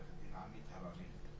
עורכת דין עמית מררי.